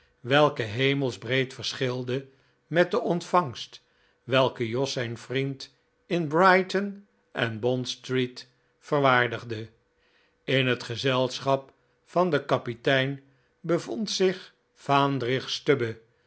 welke hemelsbreed verschilde met de ontvangst welke jos zijn vriend in brighton en bondstreet verwaardigde in het gezelschap van den kapitein bevond zich vaandrig